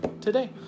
today